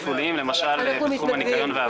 למשל בתחום מלאי דלקי חירום,